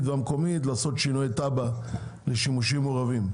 והמקומית לעשות שינוי תב"ע לשימושים מעורבים.